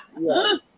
Yes